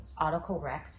autocorrect